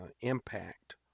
impact